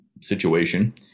situation